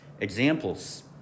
Examples